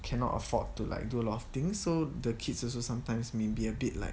cannot afford to like do a lot of thing so the kids also sometimes maybe a bit like